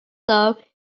though